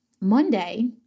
Monday